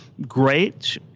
great